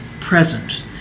present